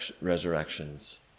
resurrections